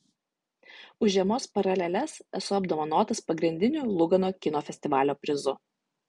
už žiemos paraleles esu apdovanotas pagrindiniu lugano kino festivalio prizu